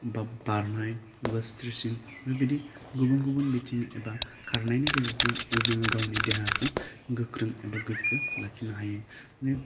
बा बारनाय बा स्ट्रेसिं बेफोरबादि गुबुन गुबुन बिथिं एबा खारनायनि गेजेरजोंबो जोङो गावनि देहाखौ गोख्रों एबा गोग्गो लाखिनो हायो